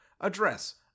address